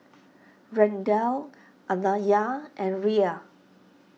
Randel Anaya and Rhea